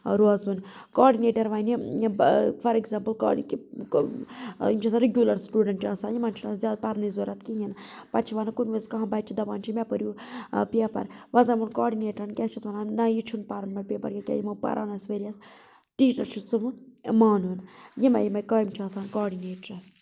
روزُن کاڈنیٹَر وَنہِ for example کاڈ کہِ یِم چھ آسان رِگِیولَر سِٹوڈَنٛٹ آسان یِمَن چھُ آسان زیادٕ پَرنٕچ ضروٗرت کہیٖنۍ پَتہٕ چھِ وَنان کُنہِ وِزِ کانٛہہ بَچہِ دَپان چھِ مےٚ پٔرِو پیپَر وۄنۍ زَن وون کاڈنیٹَرَن کیاہ چھ اَتھ وَنان نَہ یہِ چھُنہٕ پَرُن یِمن پیپَر ییٚکیاہ یِمن پَران ٲسۍ ؤرِۍ یَس ٹیچرَس چھُ سُہ مانُن یِمَے یِمَے کامہِ چھ آسان کاڈنیٹَرَس